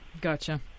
gotcha